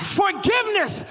forgiveness